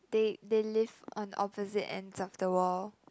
they they live on opposite ends of the world